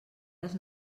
les